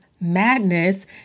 Madness